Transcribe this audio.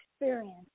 experience